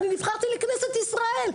אני נבחרתי לכנסת ישראל.